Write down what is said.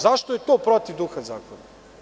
Zašto je to protiv duha zakona?